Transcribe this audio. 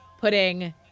putting